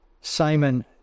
Simon